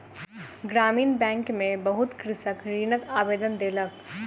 ग्रामीण बैंक में बहुत कृषक ऋणक आवेदन देलक